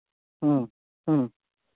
ꯎꯝ ꯎꯝ